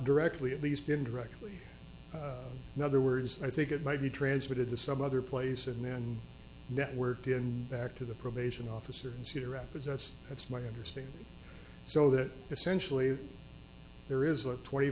directly at least given directly in other words i think it might be transmitted to some other place and then network in back to the probation officer cedar rapids that's that's my understanding so that essentially there is a twenty